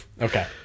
Okay